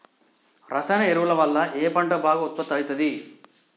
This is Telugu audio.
రసాయన ఎరువుల వల్ల ఏ పంట బాగా ఉత్పత్తి అయితది?